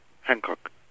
Hancock